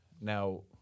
Now